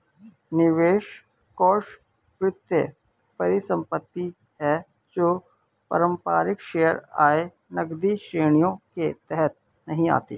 निवेश कोष वित्तीय परिसंपत्ति है जो पारंपरिक शेयर, आय, नकदी श्रेणियों के तहत नहीं आती